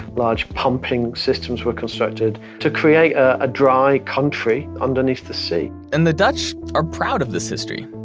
large pumping systems were constructed to create a dry country underneath the sea. and the dutch are proud of this history.